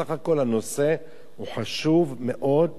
בסך הכול הנושא חשוב מאוד.